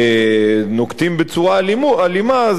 שנוקטים צורה אלימה,